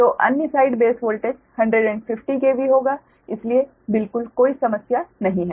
तो अन्य side base voltage 115 KV होगा इसलिए बिल्कुल कोई समस्या नहीं है